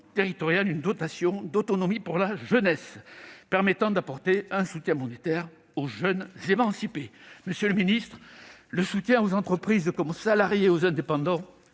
une dotation d'autonomie pour la jeunesse, permettant d'apporter un soutien monétaire aux jeunes émancipés. Monsieur le ministre, le soutien aux entreprises comme aux salariés et aux indépendants